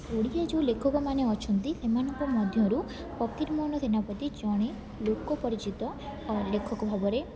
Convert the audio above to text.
ଓଡ଼ିଆ ଯେଉଁ ଲେଖକମାନେ ଅଛନ୍ତି ସେମାନଙ୍କ ମଧ୍ୟରୁ ଫକୀରମୋହନ ସେନାପତି ଜଣେ ଲୋକ ପରିଚିତ ଲେଖକ ଭାବରେ